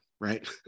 right